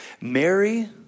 Mary